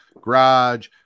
garage